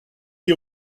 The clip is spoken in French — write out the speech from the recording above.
les